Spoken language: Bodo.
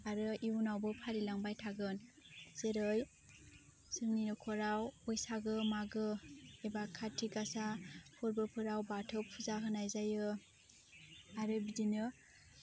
आरो इयुनावबो फालिलांबाय थागोन जेरै जोंनि न'खराव बैसागो मागो एबा खाति गासा फोर्बोफोराव बाथौ फुजा होनाय जायो आरो बिदिनो